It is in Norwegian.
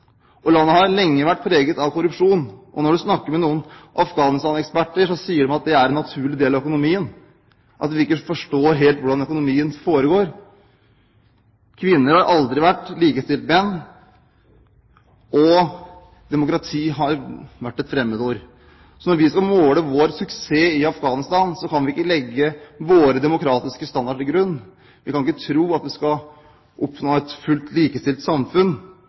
og landet har lenge vært preget av korrupsjon. Hvis man snakker med Afghanistan-eksperter, sier de at det er en naturlig del av økonomien, at de ikke helt forstår hvordan økonomien foregår. Kvinner har aldri vært likestilt med menn, og demokrati har vært et fremmedord. Så når vi skal måle vår suksess i Afghanistan, kan vi ikke legge våre demokratiske standarder til grunn. Vi kan ikke tro at vi kan oppnå et fullt likestilt samfunn